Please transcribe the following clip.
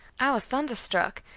i was thunderstruck,